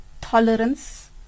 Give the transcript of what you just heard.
tolerance